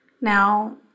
Now